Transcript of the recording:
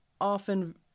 often